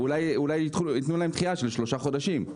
אולי ייתנו להם דחייה של שלושה חודשים,